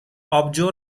آبجو